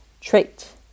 trait